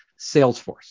Salesforce